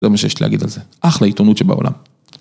לא מה שיש לי להגיד על זה, אחלה עיתונות שבעולם.